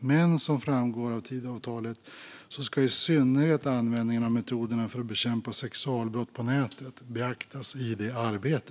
Men som framgår av Tidöavtalet ska i synnerhet användningen av metoderna för att bekämpa sexualbrott på nätet beaktas i detta arbete.